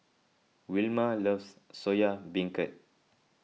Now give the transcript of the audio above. Wilma loves Soya Beancurd